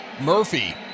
Murphy